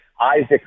Isaac